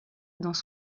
dans